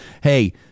Hey